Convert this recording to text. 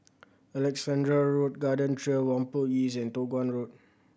Alexandra Road Garden Trail Whampoa East and Toh Guan Road